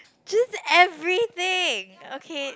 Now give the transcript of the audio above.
just everything okay